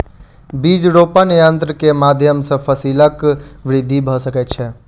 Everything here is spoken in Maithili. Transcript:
बीज रोपण यन्त्र के माध्यम सॅ फसीलक वृद्धि भ सकै छै